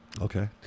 Okay